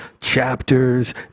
chapters